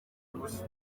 gusa